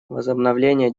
возобновление